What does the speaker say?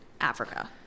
Africa